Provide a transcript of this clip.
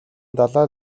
далай